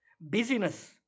busyness